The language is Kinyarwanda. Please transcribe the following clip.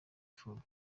imfubyi